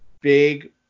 big